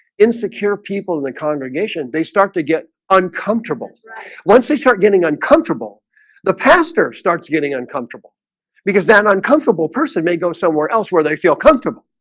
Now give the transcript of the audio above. insecure people in the congregation they start to get uncomfortable once they start getting uncomfortable the pastor starts getting uncomfortable because that uncomfortable person may go somewhere else where they feel comfortable